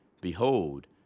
behold